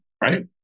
right